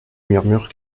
murmure